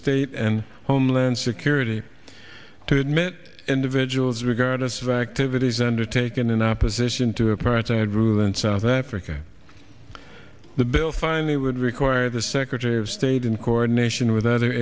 state and homeland security to admit individuals regardless of activities undertaken in opposition to apartheid rule in south africa the bill finally would require the secretary of state in coordination with other